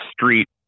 street